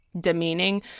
demeaning